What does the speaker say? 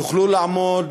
שתוכלו לעמוד